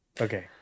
Okay